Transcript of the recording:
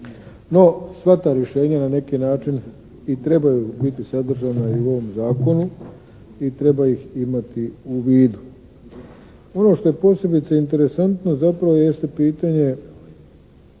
No sva ta rješenja na neki način i trebaju biti sadržana i u ovom zakonu i treba ih imati u vidu. Ono što je posebice interesantno zapravo jeste pitanje